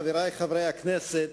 חברי חברי הכנסת,